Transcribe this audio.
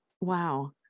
wow